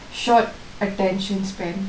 short attention span